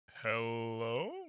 Hello